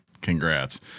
congrats